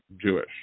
Jewish